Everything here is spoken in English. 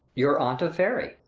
your aunt of fairy?